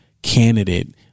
candidate